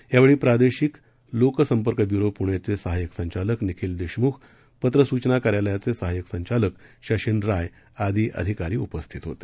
त्यावेळी प्रादेशिक लोकसंपर्क ब्युरो पुणेचे सहायक संचालक निखील देशमुख पत्र सूचना कार्यालयाचे सहायक संचालक शशीन राय आदी अधिकारी उपस्थित होते